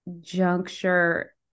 juncture